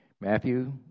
Matthew